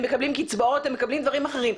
הם מקבלים קצבאות, הם מקבלים דברים אחרים.